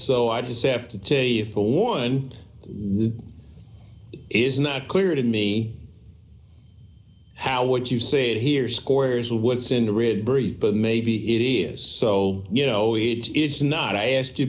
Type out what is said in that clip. so i just have to tell you for one is not clear to me how what you said here squares would send a red berry but maybe it is so you know it is not i ask you